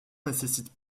nécessite